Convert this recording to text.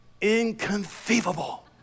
Inconceivable